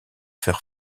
fer